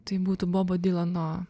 tai būtų bobo dylano